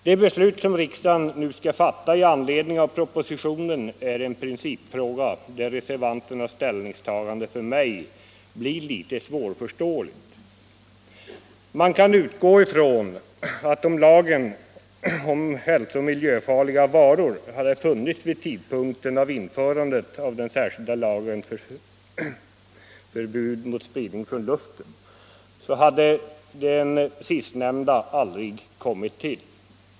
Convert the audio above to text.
Det beslut som riksdagen nu skall fatta i anledning av propositionen gäller en principfråga, där reservanternas ställningstagande för mig är litet svårförståeligt. Man kan utgå från att om lagen om hälsooch miljöfarliga varor hade funnits vid tidpunkten för införandet av den särskilda lagen om förbud mot spridning från luften, hade den sistnämnda aldrig kommit till.